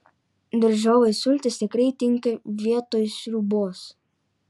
daržovių sultys tikrai tinka vietoj sriubos